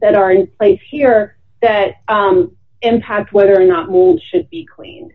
that are in place here that impact whether or not rules should be clean